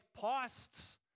past